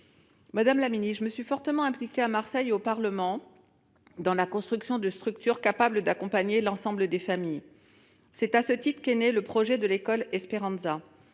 leur entourage ! Je me suis fortement impliquée à Marseille et au Parlement dans la construction de structures capables d'accompagner l'ensemble des familles. C'est à ce titre qu'est né le projet de l'école Esperanza.